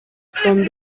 son